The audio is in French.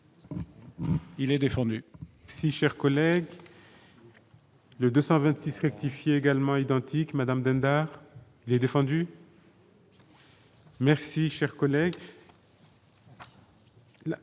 Il est défendu. Si chers collègues. Le 226 rectifier également identique Madame Dindar il défendu. Merci, cher collègue.